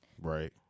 Right